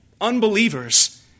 unbelievers